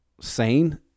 sane